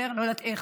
אני לא יודעת איך,